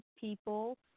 people